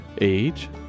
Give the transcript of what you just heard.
Age